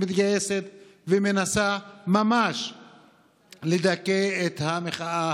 מתגייסת ומנסה ממש לדכא את המחאה